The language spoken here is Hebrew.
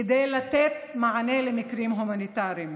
כדי לתת מענה למקרים הומניטריים,